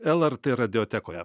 lrt radiotekoje